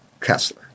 Kessler